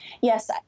Yes